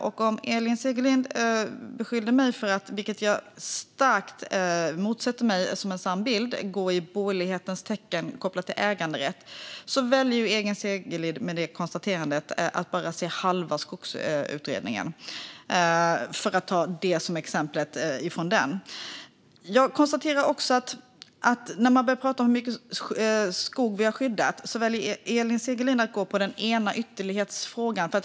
När Elin Segerlind beskyller mig för att gå i borgerlighetens tecken när det gäller äganderätt, vilket jag starkt motsätter mig som en sann bild, väljer hon att med det konstaterandet bara se halva Skogsutredningen, för att ta detta som exempel från den. Jag konstaterar också att Elin Segerlind, när man börjar prata om hur mycket skog vi har skyddat, väljer att gå på den ena ytterligheten.